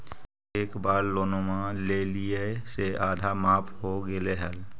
एक बार लोनवा लेलियै से आधा माफ हो गेले हल?